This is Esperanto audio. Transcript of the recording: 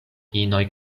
inoj